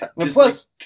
Plus